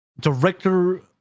Director